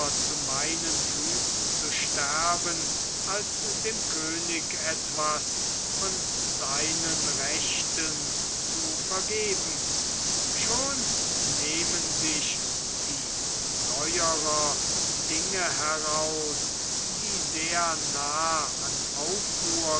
zu meinen füßen zu sterben als dem könig etwas von seinen rechten zu vergeben schon nehmen sich die neuerer dinge heraus die sehr nah an aufruhr